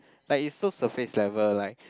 like it's so surface level like